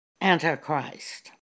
Antichrist